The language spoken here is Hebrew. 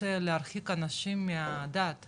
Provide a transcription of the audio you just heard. רוצה להרחיק אנשים מהדת ומהיהדות,